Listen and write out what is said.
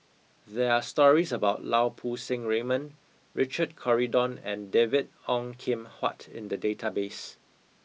there are stories about Lau Poo Seng Raymond Richard Corridon and David Ong Kim Huat in the database